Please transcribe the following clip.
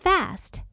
Fast